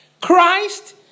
Christ